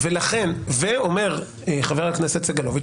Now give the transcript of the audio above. אומר חבר הכנסת סגלוביץ',